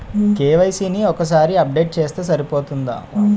KYC ని ఒక్కసారి update చేస్తే సరిపోతుందా?